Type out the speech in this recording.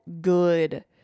good